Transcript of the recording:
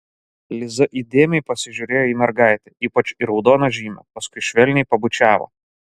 liza įdėmiai pasižiūrėjo į mergaitę ypač į raudoną žymę paskui švelniai pabučiavo